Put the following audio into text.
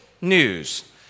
news